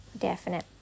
definite